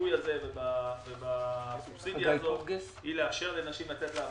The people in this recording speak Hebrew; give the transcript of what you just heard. בשיפוי הזה ובסובסידיה הזאת היא לאפשר לנשים לצאת לעבודה.